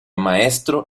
maestro